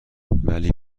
ولی